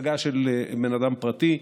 הצגה של בן אדם פרטי.